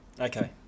Okay